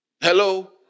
Hello